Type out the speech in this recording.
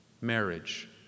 marriage